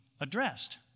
addressed